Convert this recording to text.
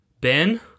ben